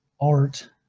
art